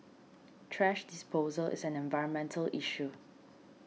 thrash disposal is an environmental issue